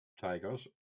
Tigers